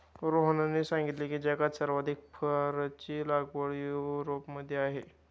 रोहनने सांगितले की, जगात सर्वाधिक फरची लागवड युरोपमध्ये होते